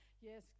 Yes